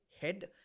head